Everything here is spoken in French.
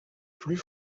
plus